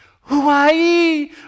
Hawaii